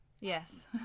Yes